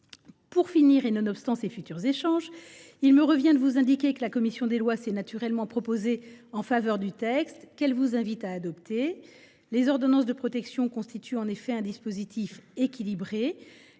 Pour conclure et nonobstant ces futurs échanges, il me revient de vous indiquer, mes chers collègues, que la commission des lois s’est naturellement prononcée en faveur de ce texte, qu’elle vous invite à adopter. Les ordonnances de protection constituent en effet un dispositif équilibré,